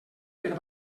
per